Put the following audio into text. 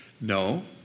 No